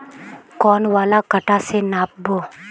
कौन वाला कटा से नाप बो?